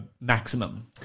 maximum